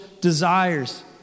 desires